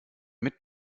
mit